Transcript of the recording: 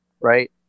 right